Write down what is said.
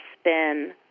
Spin